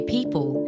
People